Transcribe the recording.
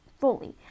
fully